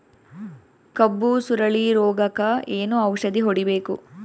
ಕಬ್ಬು ಸುರಳೀರೋಗಕ ಏನು ಔಷಧಿ ಹೋಡಿಬೇಕು?